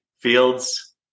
Fields